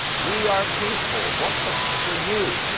we are peaceful. what the are you?